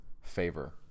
favor